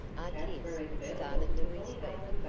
artis started to his feet.